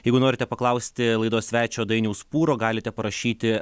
jeigu norite paklausti laidos svečio dainiaus pūro galite parašyti